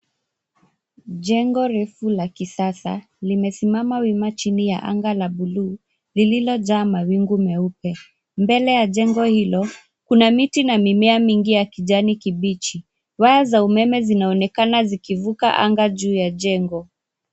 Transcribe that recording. Jengo refu la kisasa limesimama wima chini ya anga ya buluu lililojaa mawingu meupe mbele ya jengo hilo kuna miti na mimea mingi ya kijani kibichi waya za umeme zinaonekana zikivuka anga juu ya jengo.